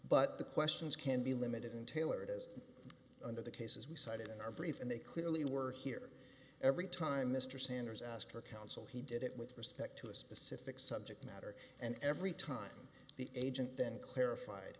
but the questions can be limited and tailored as under the cases we cited in our brief and they clearly were here every time mr sanders asked for counsel he did it with respect to a specific subject matter and every time the agent then clarified